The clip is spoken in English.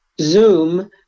Zoom